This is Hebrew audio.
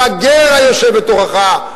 לגר היושב בתוכך,